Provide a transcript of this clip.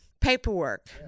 paperwork